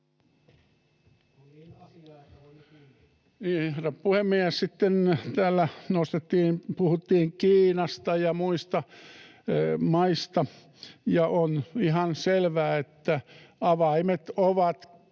puhuttiin Kiinasta ja muista maista. On ihan selvää, että avaimet ovat